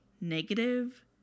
negative